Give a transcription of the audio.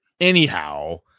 Anyhow